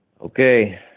Okay